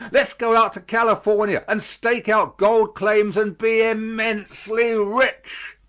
let's go out to california and stake out gold claims and be immensely rich.